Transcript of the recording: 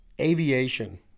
Aviation